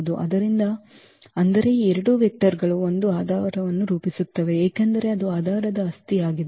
ಆದ್ದರಿಂದ ಅಂದರೆ ಈ ಎರಡು ವೆಕ್ಟರ್ ಗಳು ಒಂದು ಆಧಾರವನ್ನು ರೂಪಿಸುತ್ತವೆ ಏಕೆಂದರೆ ಅದು ಆಧಾರದ ಆಸ್ತಿಯಾಗಿದೆ